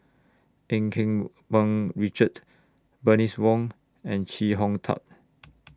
EU Keng Mun Richard Bernice Wong and Chee Hong Tat